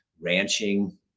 ranching